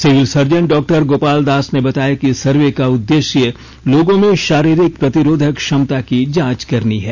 civil surgeon doctor Gopal Das ने बताया कि सर्वे का उददेश्य लोगों में शारीरिक प्रतिरोधक क्षमता की जांच करनी है